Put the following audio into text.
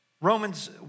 Romans